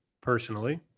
personally